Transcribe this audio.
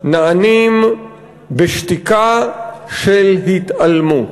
נענים בשתיקה של התעלמות.